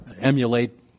emulate